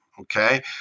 Okay